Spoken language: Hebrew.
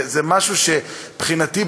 זה משהו שמבחינתי,